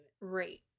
Right